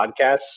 podcasts